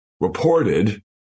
reported